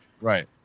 Right